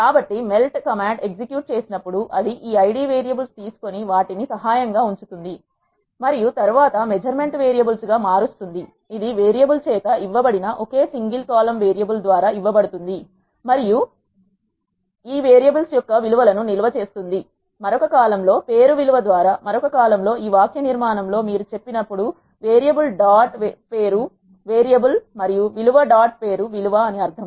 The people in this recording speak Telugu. కాబట్టి మెల్ట్ కమాండ్ ఎగ్జిక్యూట్ చేసినప్పుడు అది ఈ ఐడి వేరియబుల్స్ తీసుకొని వాటిని సహాయం గా ఉంచుతుంది మరియు తరువాత మెజర్మెంట్ వేరియబుల్స్ గా మారుస్తుంది ఇది వేరియబుల్ చేత ఇవ్వబడిన ఒక సింగిల్ కాలమ్ వేరియబుల్ ద్వారా ఇవ్వబడుతుంది మరియు ఆ వేరియబుల్స్ యొక్క విలు వలను నిల్వ చేస్తుంది మరొక కాలమ్ లో పేరు విలువ ద్వారా మరొక కాలమ్ లో ఈ వాక్య నిర్మాణంలో మీరు చెప్పినప్పుడు వేరియబుల్ డాట్ పేరు వేరియబుల్ మరియు విలువ డాట్ పేరు విలువ అని అర్థం